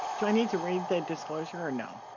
do i need to read the disclosure or no?